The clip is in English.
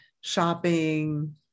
shopping